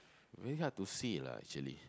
very hard to see lah actually